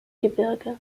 gebirge